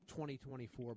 2024